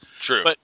True